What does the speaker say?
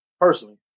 personally